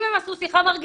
אם הם עשו שיחה מרגיעה,